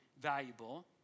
valuable